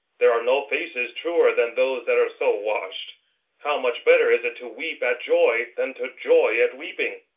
there are no faces truer than those that are so washed how much better is it to weep at joy than to joy at weeping!